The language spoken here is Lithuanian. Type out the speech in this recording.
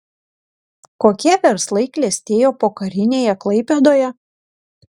kokie verslai klestėjo pokarinėje klaipėdoje